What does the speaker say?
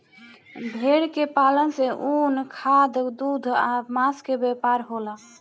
भेड़ के पालन से ऊन, खाद, दूध आ मांस के व्यापार होला